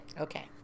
Okay